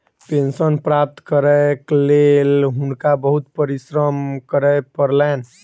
pension प्राप्त करैक लेल हुनका बहुत परिश्रम करय पड़लैन